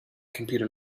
computer